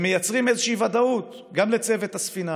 מייצרים איזושהי ודאות, גם לצוות הספינה